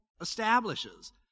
establishes